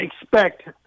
expect